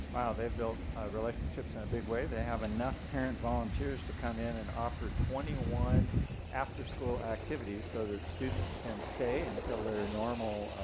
they build relationships in a big way they have enough parent volunteers to come in and offer twenty one after-school activities so that students can stay until their normal,